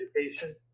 education